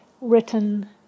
written